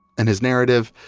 in his narrative,